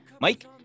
Mike